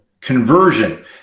conversion